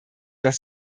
was